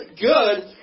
good